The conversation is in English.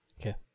Okay